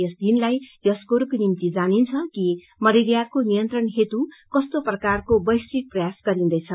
यस दिनलाई यस कुराको निम्ति जानिन्छ कि मलेरियाको नियन्त्रण हेतू कस्तो प्रकारको वैश्विक प्रयास गरिंदैछ